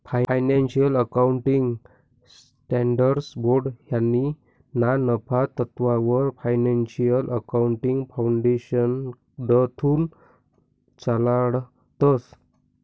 financial accounting standards board हायी ना नफा तत्ववर फायनान्शियल अकाउंटिंग फाउंडेशनकडथून चालाडतंस